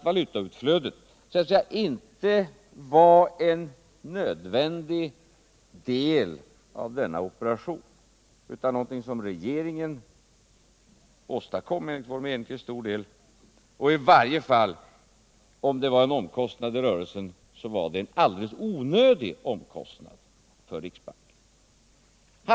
Valutautflödet var alltså inte en nödvändig del av denna operation utan något som enligt min mening åstadkoms av regeringen. Och om det var en omkostnad i rörelsen, var det i varje fall en alldeles onödig omkostnad för riksbanken.